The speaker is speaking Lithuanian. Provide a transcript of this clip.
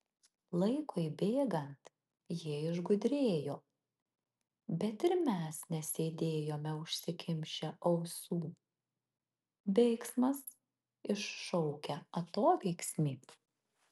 laikui bėgant jie išgudrėjo bet ir mes nesėdėjome užsikimšę ausų veiksmas iššaukia atoveiksmį